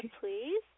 please